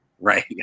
Right